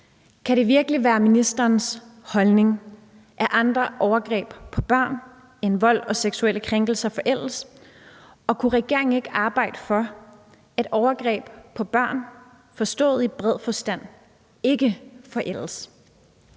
Kan det virkelig være ministerens holdning, at andre overgreb på børn end vold og seksuelle krænkelser forældes, og kunne regeringen ikke arbejde for, at overgreb på børn forstået i bred forstand ikke forældes?